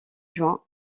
juin